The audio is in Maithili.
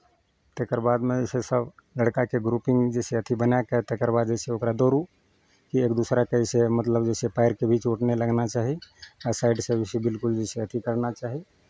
तकर बादमे जे छै सभ लड़काके ग्रुपिंग जे छै अथि बनाए कऽ तकर बाद जे छै ओकरा दौड़ू एक दूसराके जे छै मतलब पएरके भी चोट नहि लगना चाही आ साइडसँ जे छै बिलकुल जे छै अथि करना चाही